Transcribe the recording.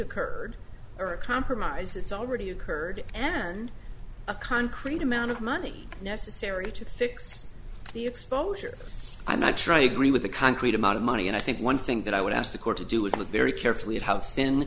occurred or a compromise it's already occurred and earn a concrete amount of money necessary to fix the exposure i'm not trying to agree with the concrete amount of money and i think one thing that i would ask the court to do with a very carefully at ho